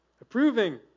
approving